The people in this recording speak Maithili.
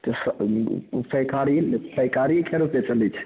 तऽ सँ पैकारी पैकारी कए रुपए चलै छो